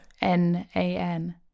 N-A-N